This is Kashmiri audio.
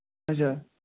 اچھا